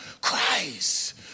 Christ